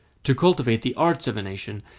to cultivate the arts of a nation,